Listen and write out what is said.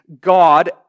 God